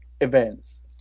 events